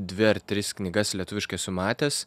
dvi ar tris knygas lietuviškai esu matęs